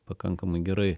pakankamai gerai